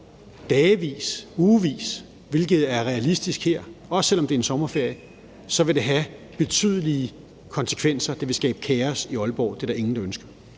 dagevis eller ugevis, hvilket er realistisk her, vil det, også selv om det sker i en sommerferie, have betydelige konsekvenser. Det vil skabe kaos i Aalborg. Det er der ingen der ønsker.